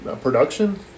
production